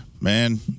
man